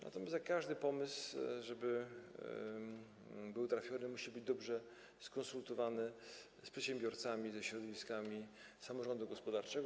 Natomiast jak każdy pomysł, żeby był trafiony, musi być dobrze skonsultowany z przedsiębiorcami, ze środowiskami samorządu gospodarczego.